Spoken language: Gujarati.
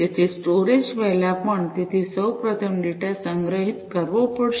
તેથી સ્ટોરેજ પહેલા પણ તેથી સૌ પ્રથમ ડેટા સંગ્રહિત કરવો પડશે